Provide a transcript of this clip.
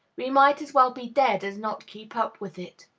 we might as well be dead as not keep up with it.